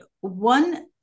one